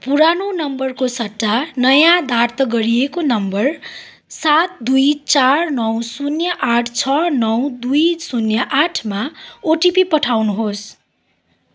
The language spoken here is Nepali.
पुरानो नम्बरको सट्टा नयाँ दार्त गरिएको नम्बर सात दुई चार नौ शून्य आठ छ नौ दुई शून्य आठमा ओटिपी पठाउनुहोस्